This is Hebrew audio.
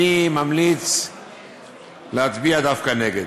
אני ממליץ להצביע דווקא נגד,